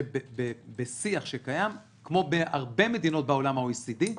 שבשיח שקיים כמו שבהרבה מדינות בעולם ה-OECD,